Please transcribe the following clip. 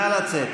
נא לצאת.